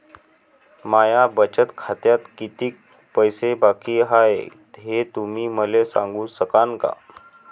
माया बचत खात्यात कितीक पैसे बाकी हाय, हे तुम्ही मले सांगू सकानं का?